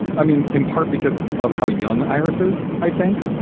i mean, in part because of how young iris's i think,